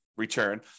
Return